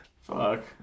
Fuck